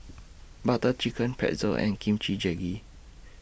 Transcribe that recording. Butter Chicken Pretzel and Kimchi Jjigae